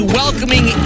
welcoming